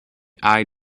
eye